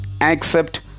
accept